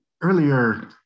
earlier